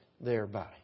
thereby